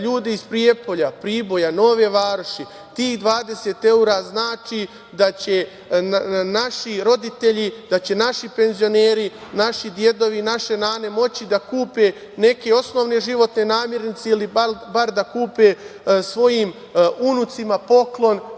ljude iz Prijepolja, Priboja, Nove Varoši, tih 20 evra znači da će naši roditelji, da će naši penzioneri, naši dedovi i naše nane moći da kupe neke osnovne životne namernice ili bar da kupe svojim unucima poklon